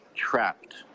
trapped